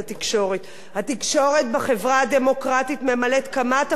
התקשורת בחברה הדמוקרטית ממלאת כמה תפקידים משמעותיים,